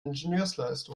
ingenieursleistung